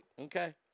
Okay